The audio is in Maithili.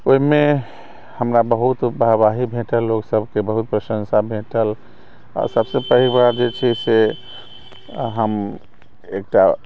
ओहिमे हमरा बहुत वाहवाही भेटल ओ सबके बहुत प्रशंसा भेटल आ सबसे पैघ बात जे छै से हम एकटा